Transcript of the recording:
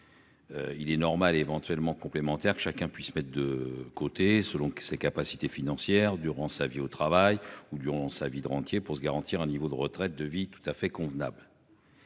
Il est normal éventuellement complémentaires chacun puisse mettre de côté selon ses capacités financières durant sa vie au travail ou du 11, sa vie de rentier pour se garantir un niveau de retraite de vie tout à fait convenable.